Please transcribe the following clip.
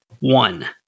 one